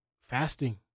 fasting